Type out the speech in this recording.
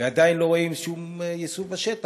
ועדיין לא רואים שום יישום בשטח.